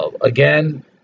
Again